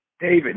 David